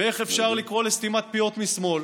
ואיך אפשר לקרוא לסתימת פיות משמאל.